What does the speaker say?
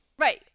Right